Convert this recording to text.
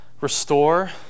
restore